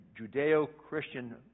Judeo-Christian